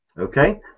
Okay